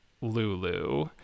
Lulu